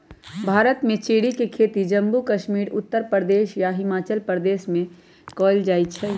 भारत में चेरी के खेती जम्मू कश्मीर उत्तर प्रदेश आ हिमाचल प्रदेश में कएल जाई छई